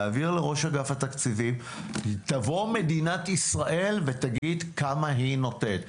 להבהיר לראש אגף התקציבים תבוא מדינת ישראל ותגיד כמה היא נותנת,